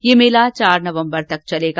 यह मेला चार नवम्बर तक चलेगा